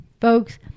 folks